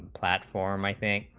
platform i think